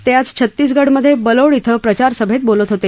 ते आज छत्तीसगडमधे बलोड श्वं प्रचारसभेत बोलत होते